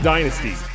Dynasty